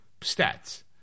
stats